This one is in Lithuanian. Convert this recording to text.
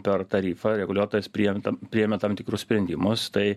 per tarifą reguliuotojas priimtam priėmė tam tikrus sprendimus tai